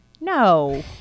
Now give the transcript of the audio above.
No